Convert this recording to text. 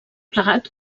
plegat